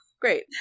great